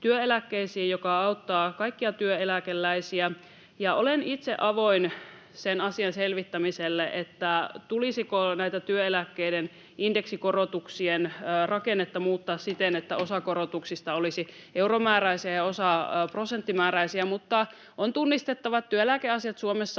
mikä auttaa kaikkia työeläkeläisiä. Olen itse avoin sen asian selvittämiselle, tulisiko työeläkkeiden indeksikorotuksien rakennetta muuttaa siten, että osa korotuksista olisi euromääräisiä ja osa prosenttimääräisiä, mutta on tunnistettava, että työeläkeasiat Suomessa